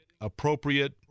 appropriate